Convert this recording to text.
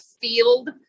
field